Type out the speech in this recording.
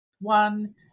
One